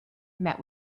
met